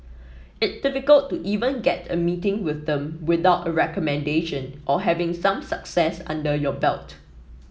it's difficult to even get a meeting with them without a recommendation or having some success under your belt